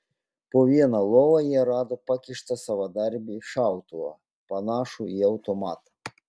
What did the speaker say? po viena lova jie rado pakištą savadarbį šautuvą panašų į automatą